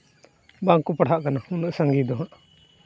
ᱵᱟᱠᱚ ᱯᱟᱲᱦᱟᱜ ᱠᱟᱱᱟ ᱩᱱᱟᱹᱜ ᱥᱟᱸᱜᱮ ᱫᱚ ᱦᱟᱸᱜ